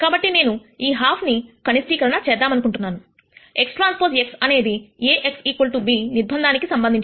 కాబట్టి నేను ఈ హాఫ్ ని కనిష్ఠీకరణ చేద్దామనుకుంటున్నానుxTxఅనేది A x b నిర్బంధానికి సంబంధించినది